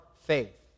faith